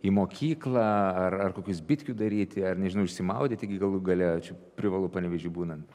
į mokyklą ar ar kokių zbitkių daryti ar nežinau išsimaudyti gi galų gale čia privalu panevėžy būnant